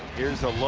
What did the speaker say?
here's a look.